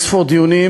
אין-ספור דיונים,